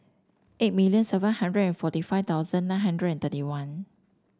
eight million seven hundred and forty five thousand nine hundred and thirty one